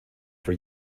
for